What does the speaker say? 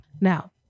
Now